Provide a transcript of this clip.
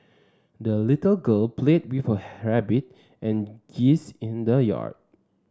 the little girl played with her rabbit and geese in the yard